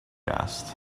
asked